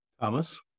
Thomas